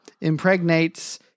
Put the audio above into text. impregnates